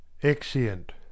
Exeunt